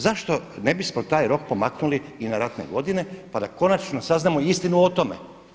Zašto ne bismo taj rok pomaknuli i na ratne godine, pa da konačno saznamo istinu o tome.